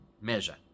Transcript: measure